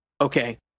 Okay